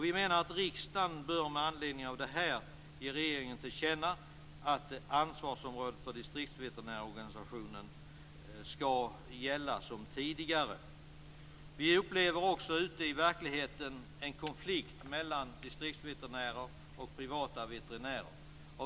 Vi menar att riksdagen med anledning av detta bör ge regeringen till känna att ansvarsområdet för distriktsveterinärorganisationen skall gälla som tidigare. Ute i verkligheten upplever vi också en konflikt mellan distriktsveterinärer och privata veterinärer.